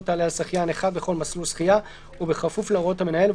תעלה על שחיין אחד בכל מסלול שחייה ובכפוף להוראות המנהל,